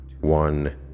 one